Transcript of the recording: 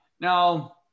Now